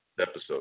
episode